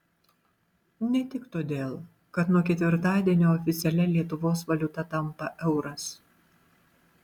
ne tik todėl kad nuo ketvirtadienio oficialia lietuvos valiuta tampa euras